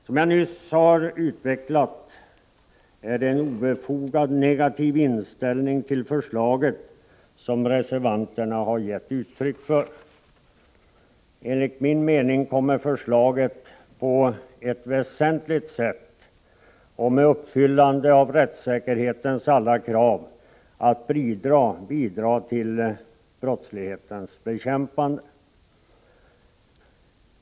Som jag nyss har utvecklat är det en obefogat negativ inställning till förslaget som reservanterna har gett uttryck för. Enligt min mening kommer förslaget på ett väsentligt sätt och med uppfyllande av rättssäkerhetens alla krav att bidra till brottslighetens bekämpande.